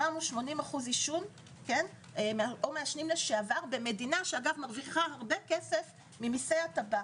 80% עישון או מעשנים לשעבר במדינה שאגב מרוויחה הרבה כסף ממיסי הטבק.